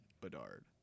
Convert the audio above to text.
Bedard